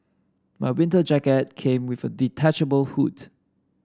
my winter jacket came with a detachable hoods